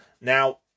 Now